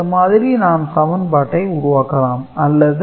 இந்த மாதிரி நாம் சமன்பாட்டை உருவாக்கலாம் அல்லது